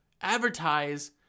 advertise